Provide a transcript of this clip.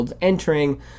entering